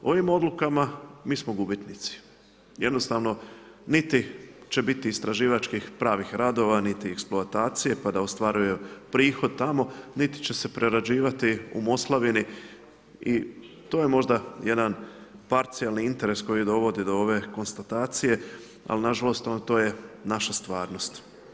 Ovim odlukama mi smo gubitnici, jednostavno niti će biti istraživačkih pravih radova niti eksploatacije pa da ostvaruju prihod tamo, niti će se prerađivati u Moslavini i to je možda jedan parcijalni interes koji dovodi do ove konstatacije, ali nažalost to je naša stvarnost.